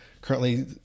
currently